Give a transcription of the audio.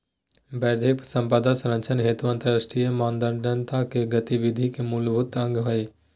बौद्धिक संपदा संरक्षण हेतु अंतरराष्ट्रीय मानदंड के गतिविधि के मूलभूत अंग हइ